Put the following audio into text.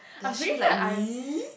does she like me